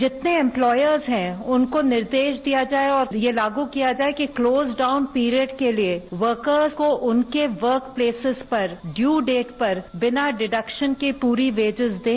जितने इमप्लायर हैं उनको निर्देश दिया जाये और ये लागू किया जाये क्लोज डाउन प्रीयर्ड के लिए वर्कर और उनके वर्क पेलेसस पर ड्यू डेट पर बिना डिटेक्शकन के प्ररी वेटेज दें